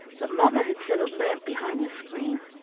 but mamma had set a lamp behind the screen.